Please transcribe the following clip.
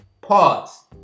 pause